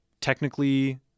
technically